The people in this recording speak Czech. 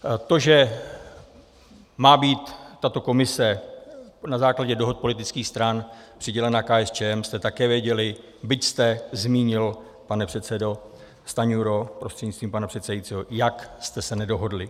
To, že má být tato komise na základě dohod politických stran přidělena KSČM, jste také věděli, byť jste zmínil, pane předsedo Stanjuro prostřednictvím pana předsedajícího, jak jste se nedohodli.